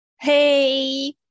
Hey